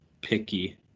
picky